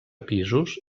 pisos